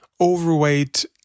overweight